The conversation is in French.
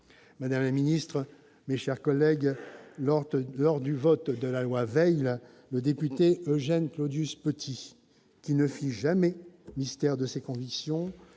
Madame la ministre, mes chers collègues, lors du vote de la loi Veil, le député Eugène Claudius-Petit, qui ne fit jamais mystère de ses convictions,